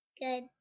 Good